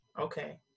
okay